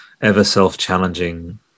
ever-self-challenging